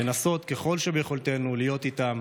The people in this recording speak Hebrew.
ולנסות ככל שביכולתנו להיות איתן,